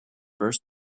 burst